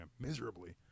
miserably